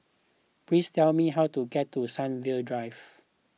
please tell me how to get to Sunview Drive